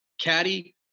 caddy